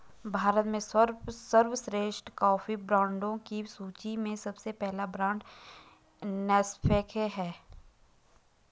भारत में सर्वश्रेष्ठ कॉफी ब्रांडों की सूची में सबसे पहला ब्रांड नेस्कैफे है